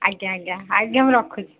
ଆଜ୍ଞା ଆଜ୍ଞା ଆଜ୍ଞା ମୁଁ ରଖୁଛି